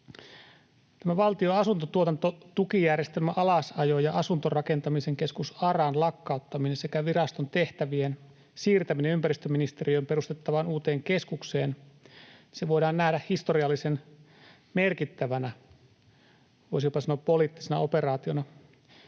Valtion asuntotuotantotukijärjestelmän alasajo ja asuntorakentamisen keskus ARAn lakkauttaminen sekä viraston tehtävien siirtäminen ympäristöministeriöön perustettavaan uuteen keskukseen voidaan nähdä historiallisen merkittävänä, voisi jopa sanoa poliittisena operaationa.